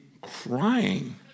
crying